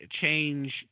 change